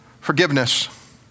forgiveness